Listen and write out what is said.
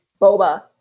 boba